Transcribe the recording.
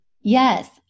Yes